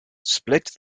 split